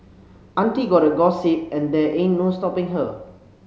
auntie gotta gossip and there ain't no stopping her